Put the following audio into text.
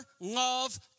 love